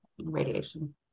radiation